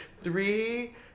three